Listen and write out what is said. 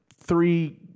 three